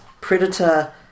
predator